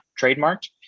trademarked